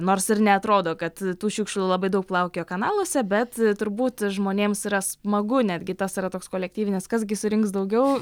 nors ir neatrodo kad tų šiukšlių labai daug plaukioja kanaluose bet turbūt žmonėms yra smagu netgi tas yra toks kolektyvinis kas gi surinks daugiau